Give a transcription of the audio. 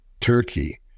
Turkey